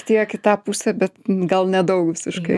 tiek į tą pusę bet gal nedaug visiškai